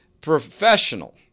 professional